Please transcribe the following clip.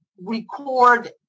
record